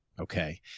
Okay